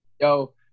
yo